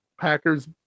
Packers